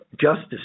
Justice